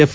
F